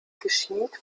geschieht